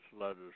letters